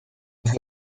with